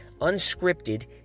unscripted